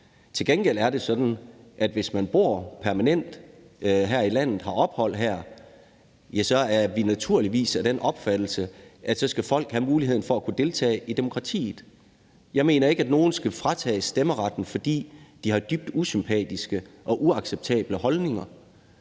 Til gengæld er det sådan, at hvis man bor permanent her i landet og har ophold her, er vi naturligvis af den opfattelse, at så skal folk have mulighed for at deltage i demokratiet. Jeg mener ikke, at nogen skal fratages stemmeretten, fordi de har dybt usympatiske og uacceptable holdninger.